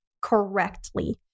correctly